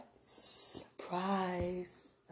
Surprise